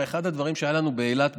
הרי אחת הבעיות שהיו לנו באילת,